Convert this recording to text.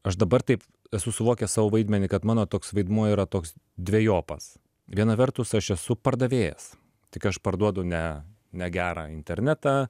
aš dabar taip esu suvokęs savo vaidmenį kad mano toks vaidmuo yra toks dvejopas viena vertus aš esu pardavėjas tik aš parduodu ne ne gerą internetą